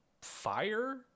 fire